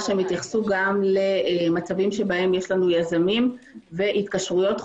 שיתייחסו גם למצבים שבהם יש לנו יזמים והתקשרויות חוזיות,